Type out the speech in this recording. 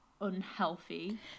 unhealthy